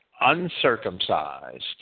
uncircumcised